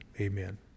amen